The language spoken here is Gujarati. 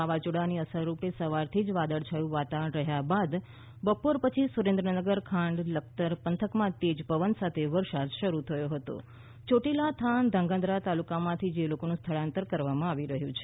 વાવાઝોડાની અસર રૂપે સવારથી વાદળછાયું વાતાવરણ રહ્યા બાદ બપોર પછી સુરેન્દ્રનગર ખાંડ લખતર પંથકમાં તેજ પવન સાથે વરસાદ શરૂ થયો હતો ચોટીલા થાન ધાંગધ્રા તાલુકા માંથી લોકોનું સ્થળાંતર કરવામાં આવી રહ્યું છે